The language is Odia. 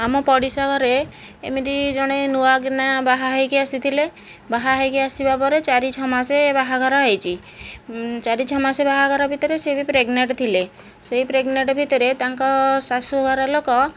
ଆମ ପଡ଼ିଶାଘରେ ଏମିତି ଜଣେ ନୂଆକିନା ବାହା ହୋଇକି ଆସିଥିଲେ ବାହା ହୋଇକି ଆସିବା ପରେ ଚାରି ଛଅମାସେ ବାହାଘର ହୋଇଛି ଚାରି ଛଅମାସ ବାହାଘର ଭିତରେ ସିଏବି ପ୍ରେଗନେଟ୍ ଥିଲେ ସେହି ପ୍ରେଗନେଟ୍ ଭିତରେ ତାଙ୍କ ଶାଶୁଘର ଲୋକ